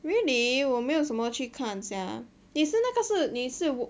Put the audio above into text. really 我没有什么去看见 sia 你是那个是你是